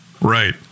Right